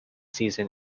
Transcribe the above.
season